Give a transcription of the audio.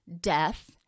death